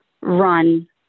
run